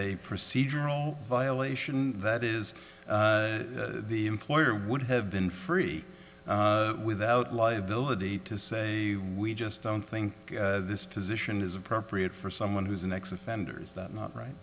a procedural violation that is the employer would have been free without liability to say we just don't think this position is appropriate for someone who's an ex offenders that not right